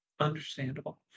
understandable